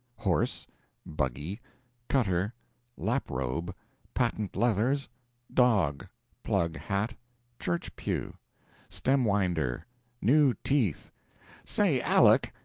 horse buggy cutter lap-robe patent-leathers dog plug-hat church-pew stem-winder new teeth say, aleck!